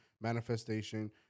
manifestation